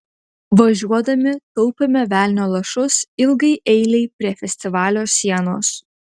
važiuodami taupėme velnio lašus ilgai eilei prie festivalio sienos